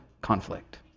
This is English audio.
conflict